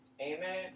Amen